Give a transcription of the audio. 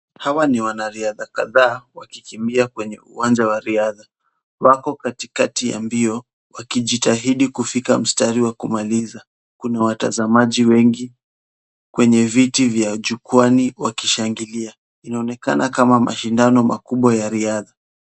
Hawa ni wanariadha kadhaa, wakikimbia kwenye uwanja wa riadha. Wako katikati ya mbio, wakijitahidi kufika mstari wa kumaliza. Kuna watazamaji wengi kwenye viti vya jukwani wakishangilia. Inaonekana kama mashindano makubwa ya riadha.